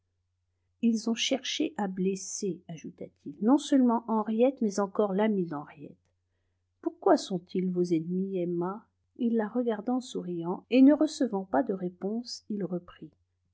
ils ont cherché à blesser ajouta-t-il non seulement henriette mais encore l'amie d'henriette pourquoi sont-ils vos ennemis emma il la regarda en souriant et ne recevant pas de réponse il reprit